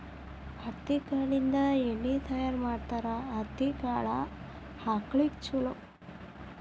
ಹತ್ತಿ ಕಾಳಿಂದ ಎಣ್ಣಿ ತಯಾರ ಮಾಡ್ತಾರ ಹತ್ತಿ ಕಾಳ ಆಕಳಗೊಳಿಗೆ ಚುಲೊ